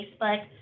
Facebook